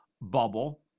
bubble